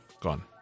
gone